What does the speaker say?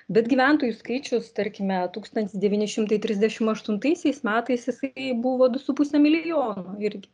bet gyventojų skaičius tarkime tūkstantis devyni šimtai trisdešim aštuntaisiais metais jisai buvo du su puse milijono irgi